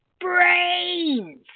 brains